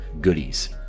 goodies